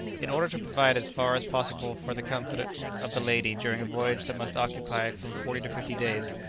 in order to provide as far as possible for the comfort of the lady during a voyage that must occupy from forty to fifty days,